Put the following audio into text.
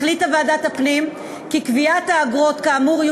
החליטה ועדת הפנים כי קביעת האגרות כאמור תהיה